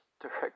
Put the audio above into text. direct